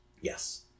yes